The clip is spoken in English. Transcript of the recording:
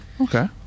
okay